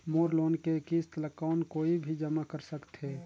मोर loan के किस्त ल कौन कोई भी जमा कर सकथे?